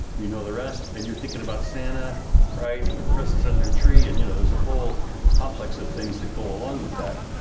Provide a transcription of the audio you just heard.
you know the rest and you're thinking about santa right and the presents under the tree. and you know there's a whole complex of things that go along with that.